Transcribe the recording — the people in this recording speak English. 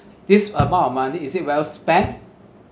this amount of money is it well spent